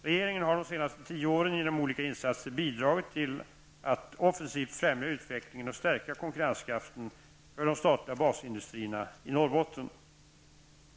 Regeringen har de senaste tio åren genom olika insatser bidragit till att offensivt främja utvecklingen och stärka konkurrenskraften för de statliga basindustrierna i Norrbotten.